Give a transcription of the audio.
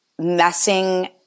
messing